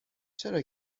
چرا